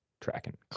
Tracking